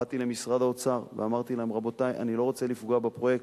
באתי למשרד האוצר ואמרתי להם: אני לא רוצה לפגוע בפרויקט.